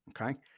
Okay